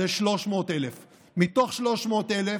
זה 300,000. מתוך 300,000,